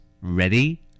Ready